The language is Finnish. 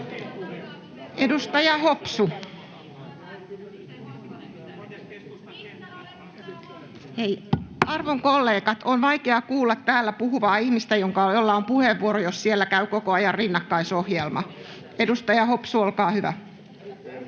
ja jatkakaa. Arvon kollegat! On vaikea kuulla täällä puhuvaa ihmistä, jolla on puheenvuoro, jos siellä käy koko ajan rinnakkaisohjelma. — Edustaja Hopsu, olkaa hyvä.